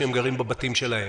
שהם גרים בבתים שלהם?